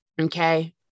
Okay